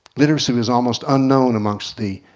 literacy was almost unknown amongst the